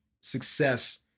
success